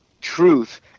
truth